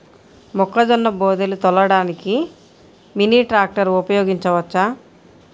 మొక్కజొన్న బోదెలు తోలడానికి మినీ ట్రాక్టర్ ఉపయోగించవచ్చా?